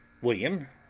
william,